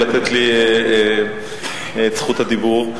לתת לי את זכות הדיבור.